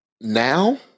Now